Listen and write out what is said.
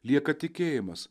lieka tikėjimas